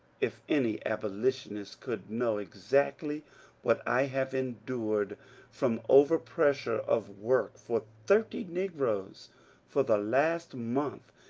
if any abolitionist could know exactly what i have endured from over-pressure of work for thirty negroes for the last month,